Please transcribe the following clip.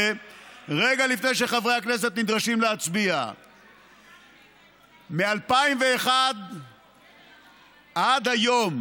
רגע לפני שחברי הכנסת נדרשים להצביע: מ-2001 עד היום